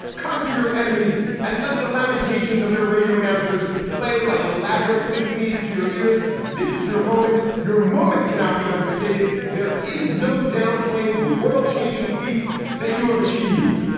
conquer your enemies and let the lamentations of their radio announcers play like elaborate symphonies to your ears. this is your moment. your moments cannot be understated. there is no downplaying the world changing feats that you have achieved.